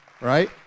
right